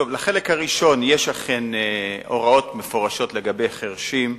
לחלק הראשון, יש אכן הוראות מפורשות לגבי חירשים,